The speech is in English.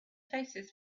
faces